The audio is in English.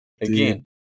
again